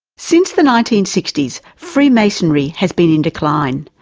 since the nineteen sixty s freemasonry has been in decline,